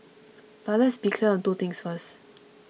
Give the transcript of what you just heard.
but let's be clear on two things first